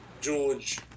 George